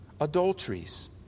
adulteries